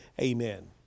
Amen